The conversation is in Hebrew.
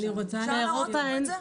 אפשר להראות לנו את זה?